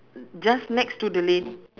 just next to the lad~